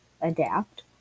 adapt